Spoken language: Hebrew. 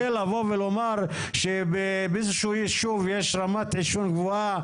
זה לבוא ולומר שבאיזשהו יישוב יש רמת עישון גבוהה,